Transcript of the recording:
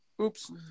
Oops